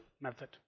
method